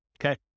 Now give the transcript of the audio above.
okay